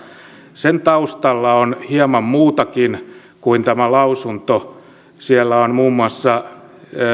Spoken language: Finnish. sen taustalla on hieman muutakin kuin tämä lausunto muun muassa